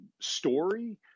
story